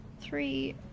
Three